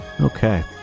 Okay